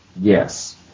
Yes